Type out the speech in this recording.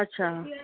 अच्छा